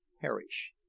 perish